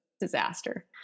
disaster